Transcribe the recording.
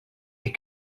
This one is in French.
est